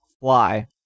Fly